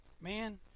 Man